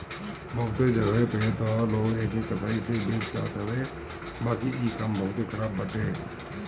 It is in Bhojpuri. बहुते जगही पे तअ लोग एके कसाई से बेच देत हवे बाकी इ काम बहुते खराब बाटे